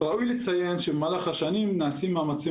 ראוי לציין שבמהלך השנים נעשים מאמצים